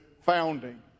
founding